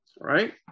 Right